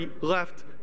left